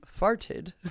farted